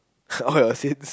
all your sins